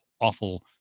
awful